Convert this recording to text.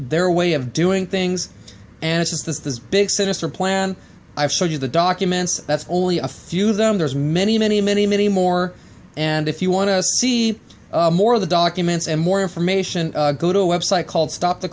their way of doing things and it is this this big sinister plan i've showed you the documents that's only a few of them there's many many many many more and if you want to see more of the documents and more information go to a website called stop the